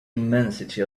immensity